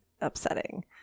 upsetting